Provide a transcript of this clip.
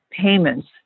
payments